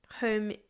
home